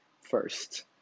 first